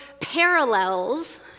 parallels